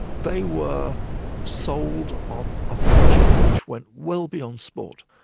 they were sold on a project which went well beyond sport.